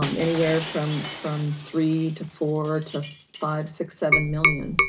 um anywhere from from three to four to five, six, seven million.